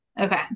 okay